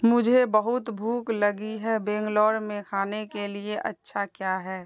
مجھے بہت بھوک لگی ہے بنگلور میں کھانے کے لیے اچھا کیا ہے